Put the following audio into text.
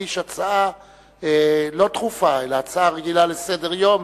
להגיש הצעה לא דחופה אלא הצעה רגילה לסדר-היום.